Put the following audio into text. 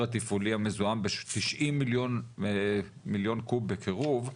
התפעולי המזוהם ב-90 מיליון קוב בקירוב,